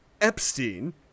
Epstein